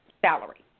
salary